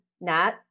Nat